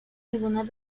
algunos